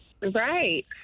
Right